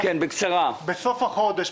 בסוף החודש,